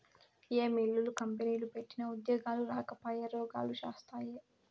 ఏ మిల్లులు, కంపెనీలు పెట్టినా ఉద్యోగాలు రాకపాయె, రోగాలు శాస్తాయే